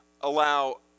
allow